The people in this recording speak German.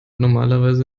normalerweise